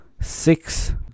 six